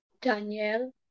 Daniel